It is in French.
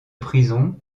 prison